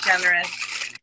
generous